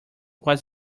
was